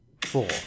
four